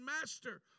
master